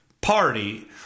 party